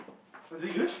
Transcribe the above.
was it good